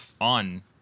on